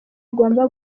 igomba